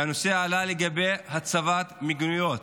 והנושא עלה לגבי הצבת מיגוניות,